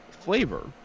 flavor